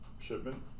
shipment